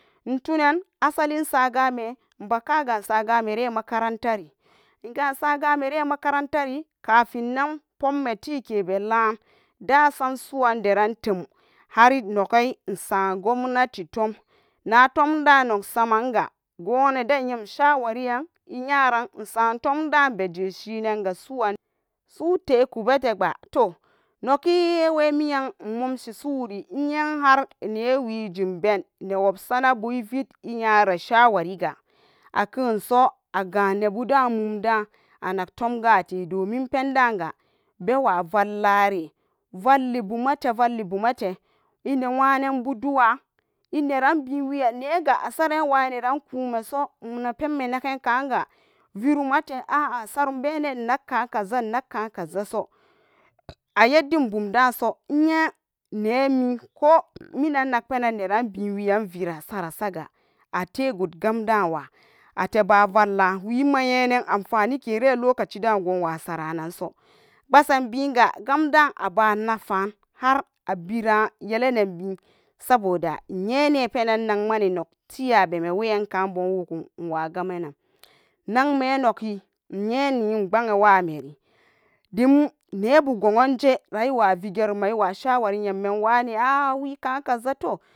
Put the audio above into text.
Intonan asalin sagame mbakaga sagamere makarantari ingasaga mere makarantari kafinndan pop me tekebelan dasamsuran deran har nok gai sam governah tom tom dan noksamanga gonneden yam sharian inyara samtom dan be jeshinan suteku bete ga nuki wemian inmumsi suri enen har newajen ben newabsana bu vet inyara shawariga a kepso aganebu mumdan anak tom gate bewa vallarai vallibumah valli bumate inenwanan bu duwa a ineran beweyan nega saran wai naran kome so nmapenme naganka nga verumbenapte sarumbe nan innakan kazzaso ayaddin bundan so. sarasaga ate goodgamdan wa ateba vallan we ma nyenan amfanike alocacidan wa sara nan so gbasan bega gamdan aban nafa har aberan yelepben saboda inyene penan namana nok leyabemu. demnebu gonje ayewavet geruman iywa shawari nyage ruman anok wane wekan kaza to